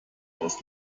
aus